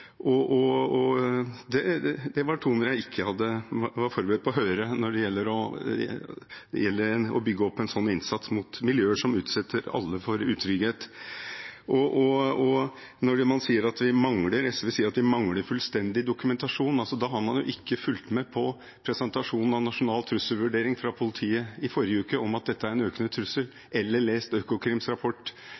Det var toner jeg ikke var forberedt på å høre når det gjelder innsats mot miljøer som utsetter alle for utrygghet. Når SV sier at vi mangler fullstendig dokumentasjon, har man ikke fulgt med på presentasjonen av Nasjonal trusselvurdering fra politiet i forrige uke om at dette er en økende trussel, eller lest Økokrims rapport